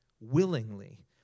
willingly